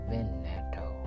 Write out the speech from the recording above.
Veneto